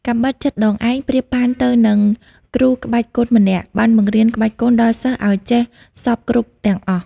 កាំបិតចិតដងឯងប្រៀបបានទៅនឹង គ្រូក្បាច់គុនម្នាក់ បានបង្រៀនក្បាច់គុនដល់សិស្សឲ្យចេះសព្វគ្រប់ទាំងអស់ ។